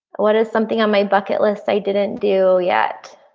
what is something on my bucket list i didn't do yet.